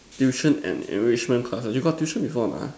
tuition and enrichment classes you got tuition before or not ah